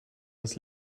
das